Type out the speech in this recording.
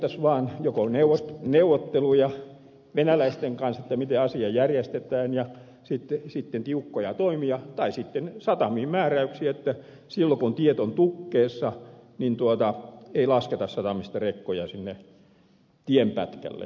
tämä edellyttäisi vaan joko neuvotteluja venäläisten kanssa siitä miten asia järjestetään ja sitten tiukkoja toimia tai sitten satamiin määräyksiä että silloin kun tiet ovat tukkeessa ei lasketa satamista rekkoja sinne tienpätkälle